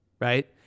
right